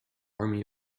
army